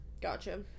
Gotcha